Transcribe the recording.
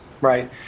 Right